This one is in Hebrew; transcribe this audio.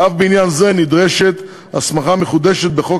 ואף בעניין זה נדרשת הסמכה מחודשת בחוק